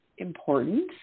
important